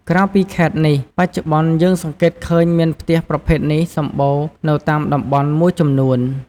ក្រៅពីខេត្តនេះ បច្ចុប្បន្ន យើងសង្កេតឃើញមានផ្ទះប្រភេទនេះសម្បូរនៅតាមតំបន់មួយចំនួន។